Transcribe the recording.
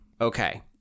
Okay